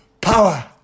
power